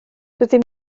rydyn